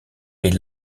est